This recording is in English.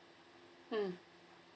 mm